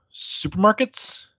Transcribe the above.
supermarkets